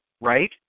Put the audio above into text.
right